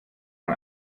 man